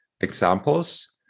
examples